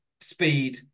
speed